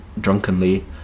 drunkenly